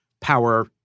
power